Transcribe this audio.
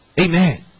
Amen